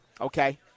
okay